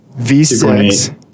V6